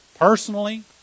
Personally